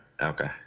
Okay